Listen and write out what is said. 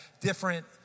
different